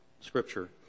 Scripture